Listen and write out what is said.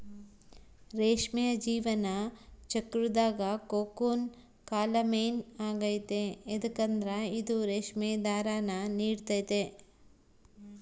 ರೇಷ್ಮೆಯ ಜೀವನ ಚಕ್ರುದಾಗ ಕೋಕೂನ್ ಕಾಲ ಮೇನ್ ಆಗೆತೆ ಯದುಕಂದ್ರ ಇದು ರೇಷ್ಮೆ ದಾರಾನ ನೀಡ್ತತೆ